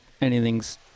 anything's